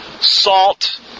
salt